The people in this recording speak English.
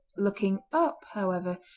looking up, however,